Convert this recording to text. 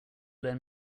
lend